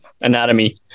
anatomy